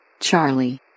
Charlie